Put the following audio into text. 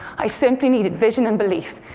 i simply needed vision and belief.